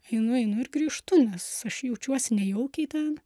einu einu ir grįžtu nes aš jaučiuosi nejaukiai ten